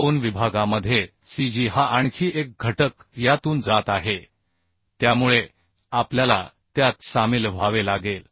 कोन विभागामध्ये cg हा आणखी एक घटक यातून जात आहे त्यामुळे आपल्याला त्यात सामील व्हावे लागेल